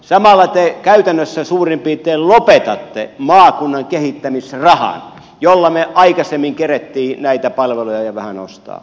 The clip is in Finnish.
samalla te käytännössä suurin piirtein lopetatte maakunnan kehittämisrahan jolla me aikaisemmin kerkesimme näitä palveluja jo vähän ostaa